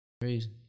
Crazy